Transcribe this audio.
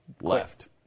Left